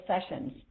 sessions